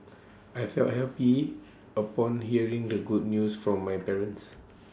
I felt happy upon hearing the good news from my parents